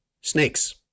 snakes